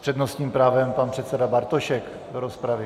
S přednostním právem pan předseda Bartošek do rozpravy.